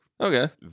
okay